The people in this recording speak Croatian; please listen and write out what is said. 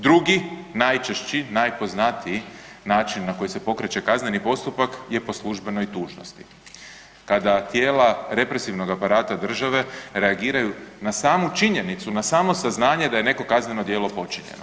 Drugi, najčešći, najpoznatiji način na koji se pokreće kazneni postupak je po službenoj dužnosti, kada tijela represivnog aparata države reagiraju na samu činjenicu, na samo saznanje da je neko kazneno djelo počinjeno.